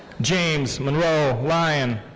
james monroe lyon.